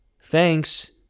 thanks